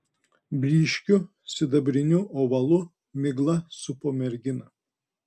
blyškiu sidabriniu ovalu migla supo merginą